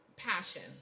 passion